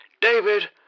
David